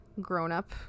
grown-up